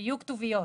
שיהיו כתוביות.